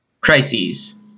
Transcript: Crises